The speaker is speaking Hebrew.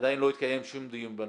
עדיין לא התקיים שום דיון בנושא.